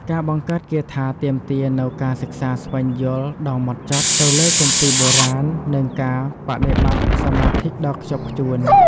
ការបង្កើតគាថាទាមទារនូវការសិក្សាស្វែងយល់ដ៏ម៉ត់ចត់ទៅលើគម្ពីរបុរាណ និងការបដិបត្តិសមាធិដ៏ខ្ជាប់ខ្ជួន។